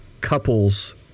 couples